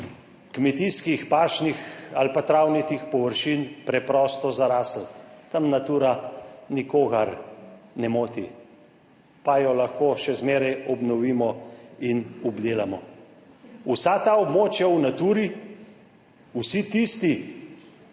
kmetijskih, pašnih ali pa travnatih površin preprosto zarasli. Tam Natura nikogar ne moti, pa jo lahko še zmeraj obnovimo in obdelamo. Vsa ta območja v Naturi, vsi tisti